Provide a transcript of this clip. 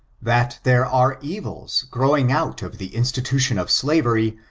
that there are evils growing out of the institution of slavery,